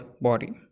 body